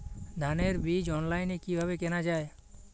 ধানের বীজ অনলাইনে কিভাবে কেনা যায়?